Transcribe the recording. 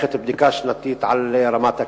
שנערכת בדיקה שנתית של רמת הקרינה.